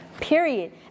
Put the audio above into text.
period